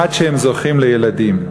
עד שהן זוכות לילדים.